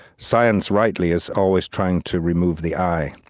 science rightly, is always trying to remove the i.